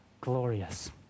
glorious